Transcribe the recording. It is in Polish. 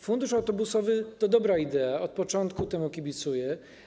Fundusz autobusowy to dobra idea, od początku temu kibicuję.